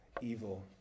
evil